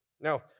Now